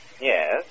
Yes